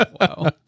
wow